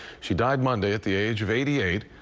she died monday at the age of eighty eight.